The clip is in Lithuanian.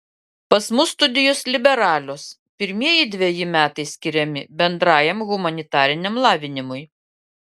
pas mus studijos liberalios pirmieji dveji metai skiriami bendrajam humanitariniam lavinimui